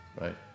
right